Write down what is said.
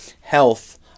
health